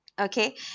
okay